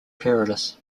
perilous